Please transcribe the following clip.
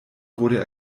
wurde